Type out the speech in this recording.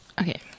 Okay